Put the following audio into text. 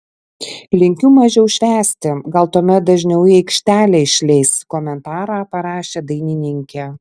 linkiu mažiau švęsti gal tuomet dažniau į aikštelę išleis komentarą parašė dainininkė